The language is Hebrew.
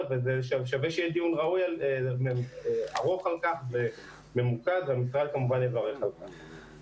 שווה שיתקיים דיון ממוקד על הנושא והמשרד כמובן יברך על כך.